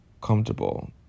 comfortable